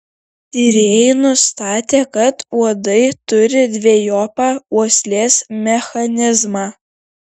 tyrėjai nustatė kad uodai turi dvejopą uoslės mechanizmą